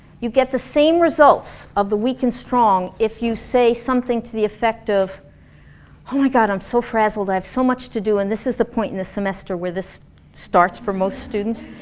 you get the same results of the weak and strong if you say something to the effect of oh my god, i'm so frazzled, i have so much to do and this is the point in the semester where this starts for most students.